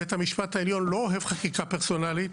בית המשפט העליון לא אוהב חקיקה פרסונלית,